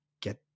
get